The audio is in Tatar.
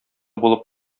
булып